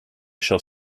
shall